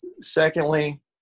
secondly